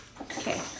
Okay